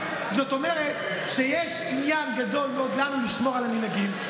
זאת אומרת שיש לנו עניין גדול מאוד לשמור על המנהגים.